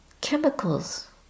chemicals